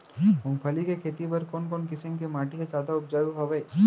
मूंगफली के खेती बर कोन कोन किसम के माटी ह जादा उपजाऊ हवये?